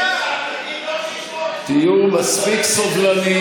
תגיד לו שישמור על כבוד הכנסת.